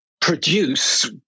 produce